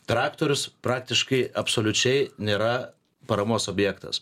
traktorius praktiškai absoliučiai nėra paramos objektas